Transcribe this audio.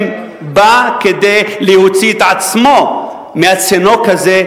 בה כדי להוציא את עצמו מהצינוק הזה,